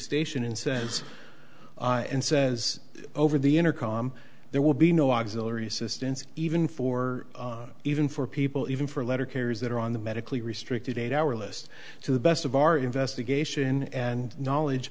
incentives and says over the intercom there will be no auxiliary assistance even for even for people even for letter carriers that are on the medically restricted eight hour list to the best of our investigation and knowledge